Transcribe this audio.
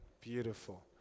Beautiful